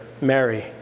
Mary